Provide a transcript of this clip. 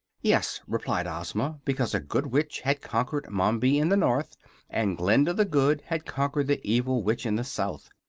yes, replied ozma, because a good witch had conquered mombi in the north and glinda the good had conquered the evil witch in the south.